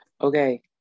Okay